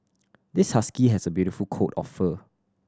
this husky has a beautiful coat of fur